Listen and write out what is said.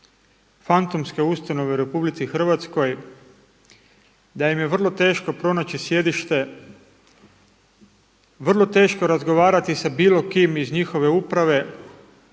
fantomske ustanove u Republici Hrvatskoj, da im je vrlo teško pronaći sjedište, vrlo teško razgovarati sa bilo kim iz njihove uprave,